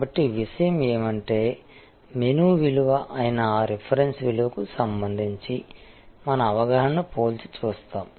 కాబట్టి విషయం ఏమిటంటే మెనూ విలువ అయిన ఆ రిఫరెన్స్ విలువకు సంబంధించి మన అవగాహనను పోల్చి చూస్తాము